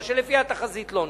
מה שלפי התחזית לא נראה,